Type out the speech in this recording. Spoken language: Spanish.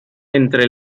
entre